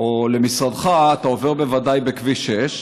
או למשרדך, אתה עובר בוודאי בכביש 6,